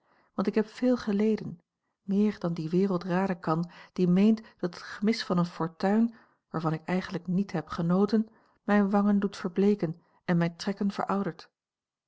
want ik heb veel geleden meer dan die wereld raden kan die meent dat het gemis van een fortuin waarvan ik eigenlijk niet heb genoten mijne wangen doet verbleeken en mijne trekken veroudert